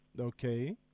okay